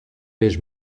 vez